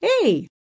Hey